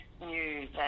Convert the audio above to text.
news